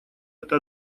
это